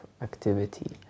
activity